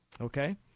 Okay